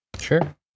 Sure